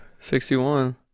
61